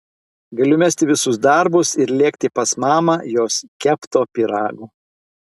galiu mesti visus darbus ir lėkti pas mamą jos kepto pyrago